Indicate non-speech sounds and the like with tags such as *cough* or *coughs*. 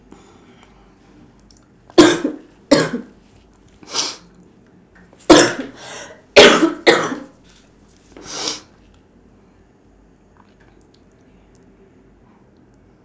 *coughs*